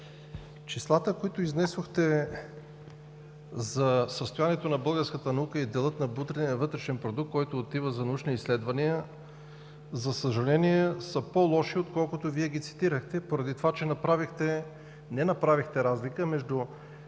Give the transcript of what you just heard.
числата, които изнесохте за състоянето на българската наука и дела от брутния вътрешен продукт, който отива за научни изследвания, за съжаление, са по-лоши от тези, които Вие цитирахте, поради това че не направихте разлика между